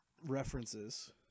references